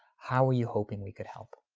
how are you hoping we could help?